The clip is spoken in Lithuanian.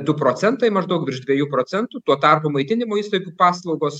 du procentai maždaug virš dviejų procentų tuo tarpu maitinimo įstaigų paslaugos